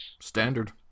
Standard